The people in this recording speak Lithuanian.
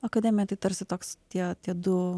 akademija tai tarsi toks tie tie du